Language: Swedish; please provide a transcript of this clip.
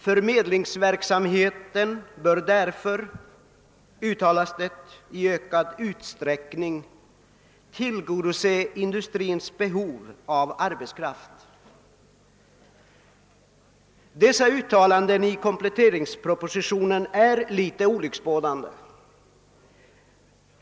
Förmedlingsverksamheten bör därför, uttalas det, i ökad utsträckning tiligodose industrins behov av arbetskraft. Dessa uttalanden i kompletteringspropositionen är litet olycksbådande.